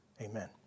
Amen